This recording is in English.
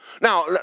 Now